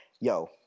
yo